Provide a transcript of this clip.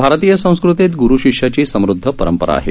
भारतीय संस्कृतीत ग्रु शिष्याची समृद्ध परंपरा आहे